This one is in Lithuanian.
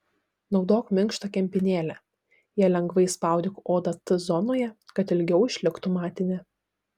naudok minkštą kempinėlę ja lengvai spaudyk odą t zonoje kad ilgiau išliktų matinė